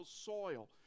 soil